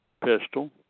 pistol